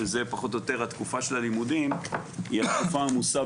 שזה פחות או יותר התקופה של הלימודים היא התקופה העמוסה